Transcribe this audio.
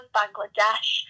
bangladesh